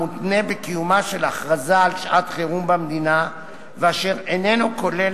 המותנה בקיומה של הכרזה על שעת-חירום במדינה ואיננו כולל